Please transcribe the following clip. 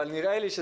אבל זה נראה לי.